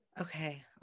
okay